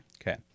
Okay